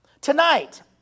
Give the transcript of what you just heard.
Tonight